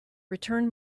returned